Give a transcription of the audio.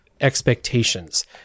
expectations